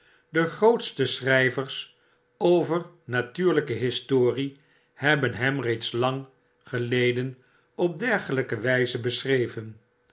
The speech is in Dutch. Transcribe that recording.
de grootste schry vers over natuiirlijke historie hebben hem reeds lang geleden op dergelyke wijze beschreven